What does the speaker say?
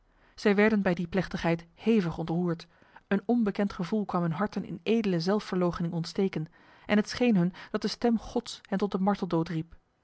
zij werden bij die plechtigheid hevig ontroerd een onbekend gevoel kwam hun harten in edele zelfverloochening ontsteken en het scheen hun dat de stem gods hen tot de